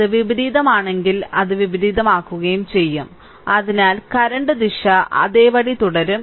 അത് വിപരീതമാണെങ്കിൽ അത് വിപരീതമാക്കുകയും ചെയ്യും അതിനാൽ കറന്റ് ദിശ അതേപടി തുടരും